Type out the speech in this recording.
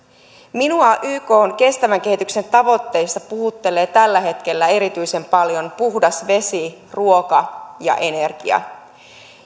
minua ykn kestävän kehityksen tavoitteista puhuttelevat tällä hetkellä erityisen paljon puhdas vesi ruoka ja energia